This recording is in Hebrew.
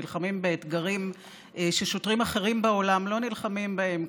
ונלחמים באתגרים ששוטרים אחרים בעולם לא נלחמים בהם,